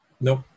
Nope